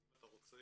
אז אם אתה רוצה